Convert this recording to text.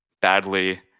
badly